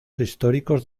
históricos